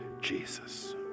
Jesus